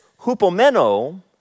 hupomeno